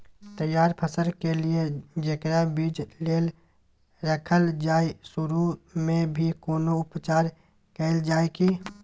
तैयार फसल के लिए जेकरा बीज लेल रखल जाय सुरू मे भी कोनो उपचार कैल जाय की?